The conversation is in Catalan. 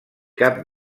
cap